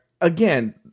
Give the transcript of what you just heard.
again